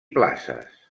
places